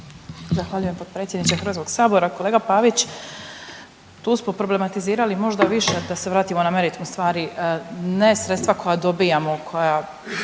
Zahvaljujem potpredsjedniče Hrvatskog sabora. Kolega Pavić, tu smo problematizirali možda više da se vratimo na meritum stvari ne sredstva koja dobijamo koja